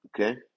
Okay